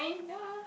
yeah